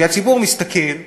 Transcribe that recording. כי הציבור מסתכל ואומר: